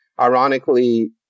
Ironically